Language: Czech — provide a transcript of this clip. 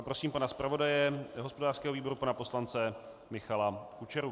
Prosím pana zpravodaje hospodářského výboru, pana poslance Michala Kučeru.